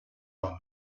hòmens